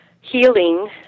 healing